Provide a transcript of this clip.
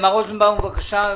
מר רוזנבאום, בבקשה,